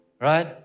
right